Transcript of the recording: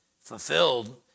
fulfilled